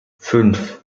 fünf